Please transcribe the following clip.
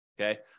Okay